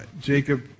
Jacob